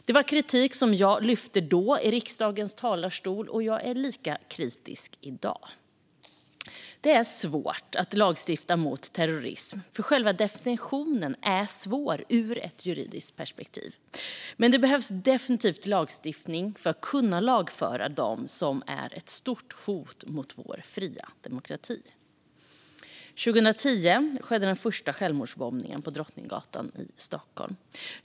Den kritiken lyfte jag fram i riksdagens talarstol då, och jag är lika kritisk i dag. Det är svårt att lagstifta mot terrorism, för själva definitionen är svår ur ett juridiskt perspektiv. Men det behövs definitivt lagstiftning för att kunna lagföra dem som är ett stort hot mot vår fria demokrati. År 2010 skedde den första självmordsbombningen på Drottninggatan i Stockholm.